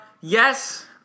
yes